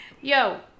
yo